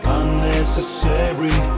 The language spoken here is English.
unnecessary